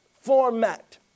format